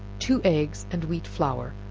two eggs, and wheat flour,